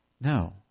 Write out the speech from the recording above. No